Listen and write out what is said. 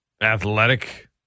athletic